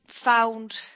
found